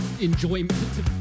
enjoyment